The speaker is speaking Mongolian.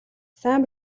сайн